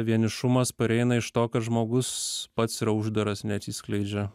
vienišumas pareina iš to kad žmogus pats yra uždaras neatsiskleidžia